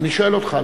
אני שואל אותך.